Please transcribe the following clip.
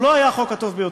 הוא לא היה החוק הטוב ביותר.